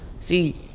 see